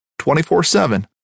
24-7